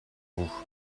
vous